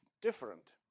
different